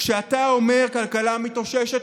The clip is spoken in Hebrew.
כשאתה אומר "כלכלה מתאוששת",